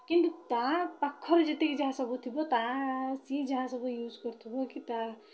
କିନ୍ତୁ ତା'ପାଖରେ ଯେତିକି ଯାହାସବୁ ଥିବ ତା' ସିଏ ଯାହାସବୁ ୟୁଜ୍ କରୁଥିବ କି ତା'